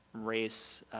race